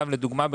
לדוגמה,